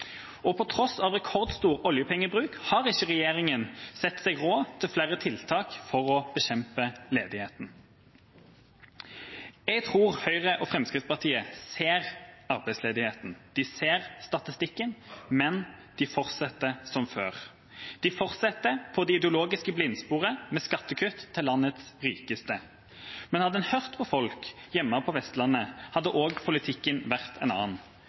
Og på tross av rekordstor oljepengebruk har ikke regjeringa sett seg råd til flere tiltak for å bekjempe ledigheten. Jeg tror Høyre og Fremskrittspartiet ser arbeidsledigheten – de ser statistikken – men de fortsetter som før. De fortsetter på det ideologiske blindsporet med skattekutt til landets rikeste. Men hadde en hørt på folk hjemme på Vestlandet, hadde også politikken vært en annen.